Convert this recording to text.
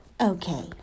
Okay